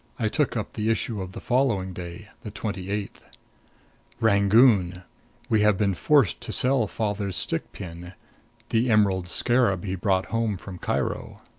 i took up the issue of the following day the twenty-eighth rangoon we have been forced to sell father's stick-pin the emerald scarab he brought home from cairo.